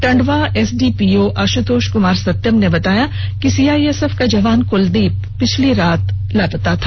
Tandwa SDPO Ashutosh Kumar Satyam ने बताया कि सीआईएसएफ का जवान कुलदीप बीती देर रात से लापता था